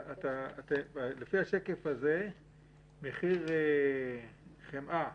לפי השקף הזה, מחיר חמאה